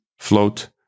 Float